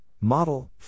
Model